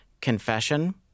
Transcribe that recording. confession